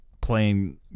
playing